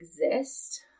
exist